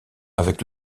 avec